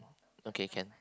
okay can